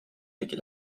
tegi